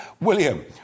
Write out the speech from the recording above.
William